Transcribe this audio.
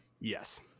Yes